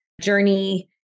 journey